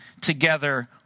together